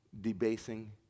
debasing